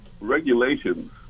regulations